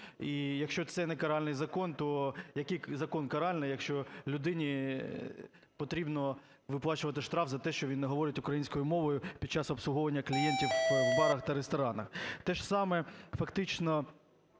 І якщо це не каральний закон, то який закон каральний, якщо людині потрібно виплачувати штраф за те, що він не говорить українською мовою під час обслуговування клієнтів в барах та ресторанах. Те ж саме фактично